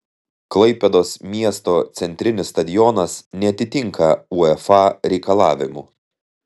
klaipėdos miesto centrinis stadionas neatitinka uefa reikalavimų